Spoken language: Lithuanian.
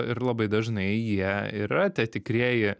ir labai dažnai jie yra tie tikrieji